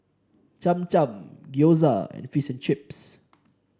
Cham Cham Gyoza and Fish and Chips